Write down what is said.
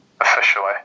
officially